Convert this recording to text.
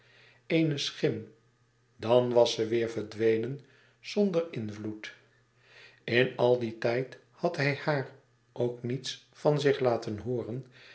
eene schim dan was ze weer verdwenen zonder louis couperus extaze een boek van geluk invloed in al dien tijd had hij haar ook niets van zich laten hooren